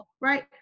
right